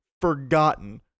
forgotten